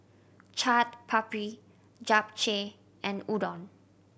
Chaat Papri Japchae and Udon